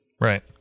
Right